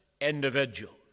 individual